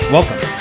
Welcome